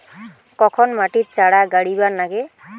কখন মাটিত চারা গাড়িবা নাগে?